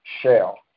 shell